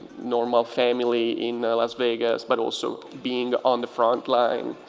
normal family in las vegas but also being on the frontline.